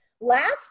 Last